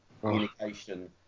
communication